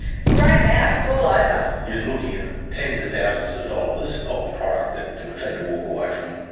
spray em out, it's all over. you're looking at tens of thousands of dollars of product that we've had to walk away from.